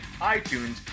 iTunes